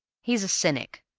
he's a cynic.